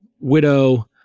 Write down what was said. Widow